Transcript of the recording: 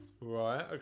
Right